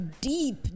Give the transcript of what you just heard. deep